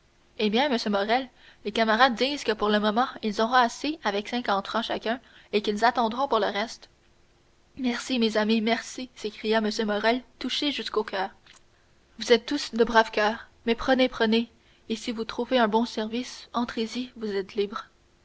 eh bien monsieur morrel les camarades disent que pour le moment ils auront assez avec cinquante francs chacun et qu'ils attendront pour le reste merci mes amis merci s'écria m morrel touché jusqu'au coeur vous êtes tous de braves coeurs mais prenez prenez et si vous trouvez un bon service entrez-y vous êtes libres